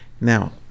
Now